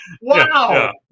wow